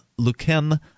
Lukem